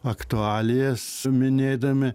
aktualijas minėdami